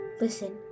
Listen